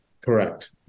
correct